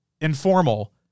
informal